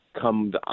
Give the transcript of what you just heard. Come